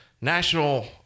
National